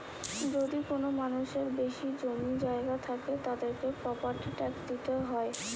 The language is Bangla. যদি কোনো মানুষের বেশি জমি জায়গা থাকে, তাদেরকে প্রপার্টি ট্যাক্স দিইতে হয়